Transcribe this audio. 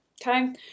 okay